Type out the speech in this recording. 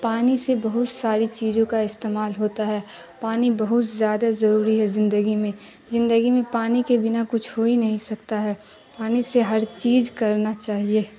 پانی سے بہت ساری چیزوں کا استعمال ہوتا ہے پانی بہت زیادہ ضروری ہے زندگی میں زندگی میں پانی کے بنا کچھ ہو ہی نہیں سکتا ہے پانی سے ہر چیز کرنا چاہیے